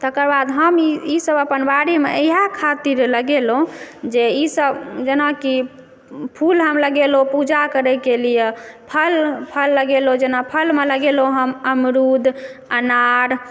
तकरबाद हम ई ई सब अपन बाड़ीमे इएह खातिर लगेलहुँ जे ई सब जेना कि फूल हम लगेलहुँ पूजा करयके लिये फल फल लगेलहुँ जेना फलमे लगेलहुँ हम अमरूद अनार